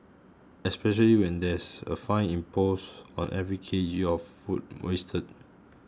especially when there's a fine imposed on every K G of food wasted